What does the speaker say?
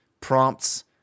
prompts